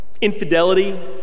Infidelity